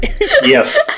Yes